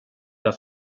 att